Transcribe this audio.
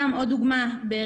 דוגמא נוספת,